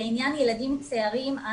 לעניין ילדים צעירים,